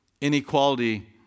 inequality